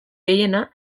gehiena